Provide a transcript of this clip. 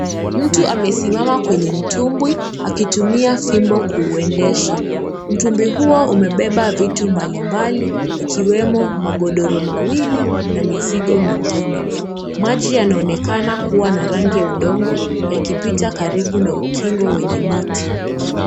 Mtu amesimama kwenye mtumbwi akitumia fimbo kuuendesha, mtumbwi huo umebeba vitu mbalimbali ikiwemo magodoro mawili na mizigo mingine ,maji yanaonekana kuwa na rangi ya udongo yakipita karibu na ukingo wenye miti.